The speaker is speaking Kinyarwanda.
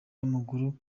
w’amaguru